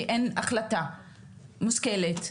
כי אין החלטה מושכלת.